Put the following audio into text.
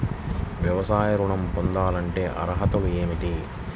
వ్యవసాయ ఋణం పొందాలంటే అర్హతలు ఏమిటి?